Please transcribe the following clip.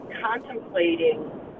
contemplating